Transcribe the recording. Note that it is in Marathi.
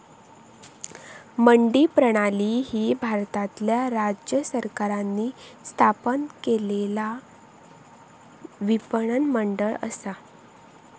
मंडी प्रणाली ही भारतातल्या राज्य सरकारांनी स्थापन केलेला विपणन मंडळ असा